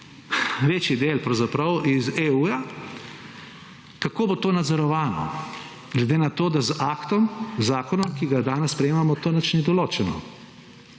večji del pravzaprav iz EU-ja, kako bo to nadzorovano, glede na to, da z aktom, z zakonom, ki ga danes sprejemamo, to nič ni določeno.